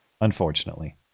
unfortunately